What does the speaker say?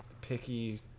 picky